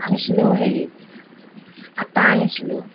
আনিছিলোঁ হেৰি আটা আনিছিলোঁ